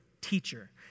teacher